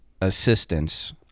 assistance